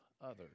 others